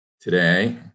today